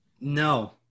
no